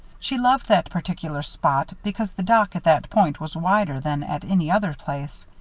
she loved that particular spot because the dock at that point was wider than at any other place.